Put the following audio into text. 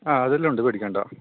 ആ അതെല്ലാമുണ്ട് പേടിക്കേണ്ട